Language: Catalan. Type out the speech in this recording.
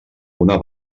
una